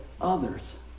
others